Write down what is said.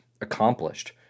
accomplished